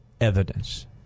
evidence